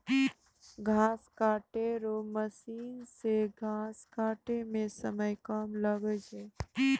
घास काटै रो मशीन से घास काटै मे समय कम लागै छै